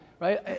right